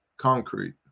concrete